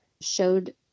showed